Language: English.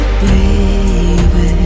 baby